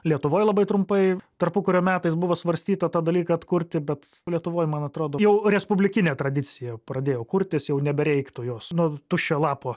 lietuvoj labai trumpai tarpukario metais buvo svarstyta tą dalyką atkurti bet lietuvoj man atrodo jau respublikinė tradicija pradėjo kurtis jau nebereiktų jos nuo tuščio lapo